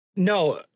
No